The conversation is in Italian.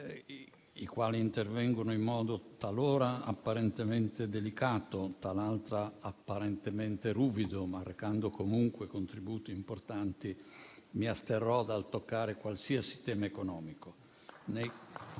i quali intervengono in modo talora apparentemente delicato, talaltra apparentemente ruvido, marcando comunque contributi importanti, mi asterrò dal toccare qualsiasi tema economico.